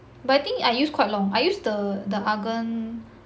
but I think I used quite long I use the the argan